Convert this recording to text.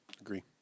agree